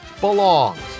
belongs